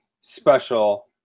special